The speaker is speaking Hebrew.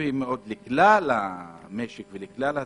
שחשובים מאד לכלל המשק ולכלל הציבור,